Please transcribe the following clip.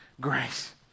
grace